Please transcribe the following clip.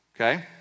Okay